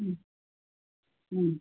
হুম হুম